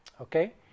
Okay